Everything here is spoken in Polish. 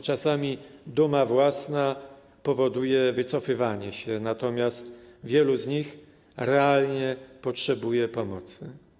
Czasami duma własna powoduje wycofywanie się, natomiast wielu z nich realnie potrzebuje pomocy.